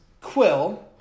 Quill